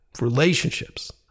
Relationships